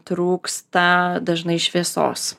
trūksta dažnai šviesos